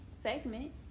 segment